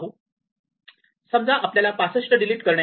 तर समजा आपल्याला 65 डिलीट करणे आहे